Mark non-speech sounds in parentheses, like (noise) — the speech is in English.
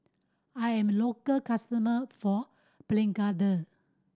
I'm a local customer for (unintelligible)